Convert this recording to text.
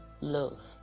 Love